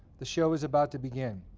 the show is about to begin.